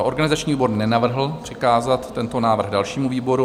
Organizační výbor nenavrhl přikázat tento návrh dalšímu výboru.